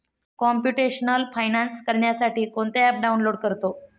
computational finance करण्यासाठी कोणते app download करतो